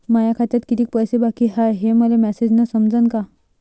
माया खात्यात कितीक पैसे बाकी हाय हे मले मॅसेजन समजनं का?